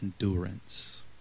endurance